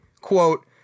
quote